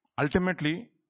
Ultimately